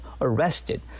arrested